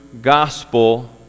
gospel